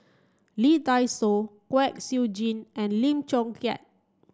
Lee Dai Soh Kwek Siew Jin and Lim Chong Keat